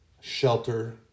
shelter